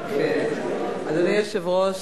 אדוני היושב-ראש,